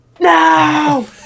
No